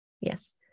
Yes